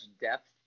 depth